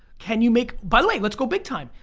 can you make, by the way, let's go big time.